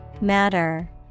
Matter